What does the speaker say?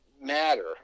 matter